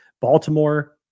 Baltimore